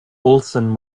olson